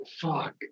fuck